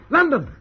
London